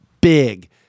big